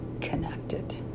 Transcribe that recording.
connected